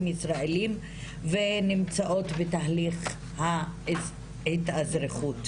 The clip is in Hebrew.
ישראליים ונמצאות בתהליך התאזרחות.